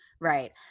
right